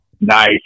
Nice